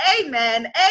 Amen